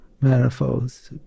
manifolds